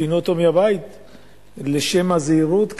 פינו אותו מהבית לשם הזהירות,